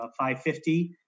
550